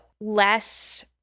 less